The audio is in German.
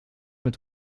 mit